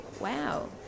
wow